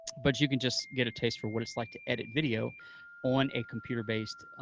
but you can just get a taste for what it's like to edit video on a computer-based,